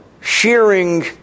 shearing